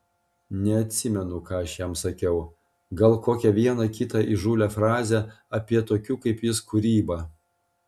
neatsimenu ką aš jam sakiau gal kokią vieną kitą įžūlią frazę apie tokių kaip jis kūrybą